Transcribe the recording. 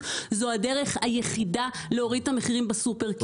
זו הדרך היחידה להוריד את המחירים בסופר.